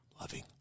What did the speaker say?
loving